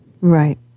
Right